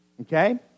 Okay